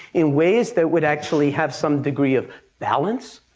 in ways that would actually have some degree of balance,